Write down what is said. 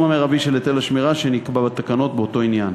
המרבי של היטל השמירה שנקבע בתקנות באותו עניין.